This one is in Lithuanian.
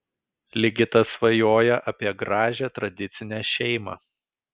ligitas svajoja apie gražią tradicinę šeimą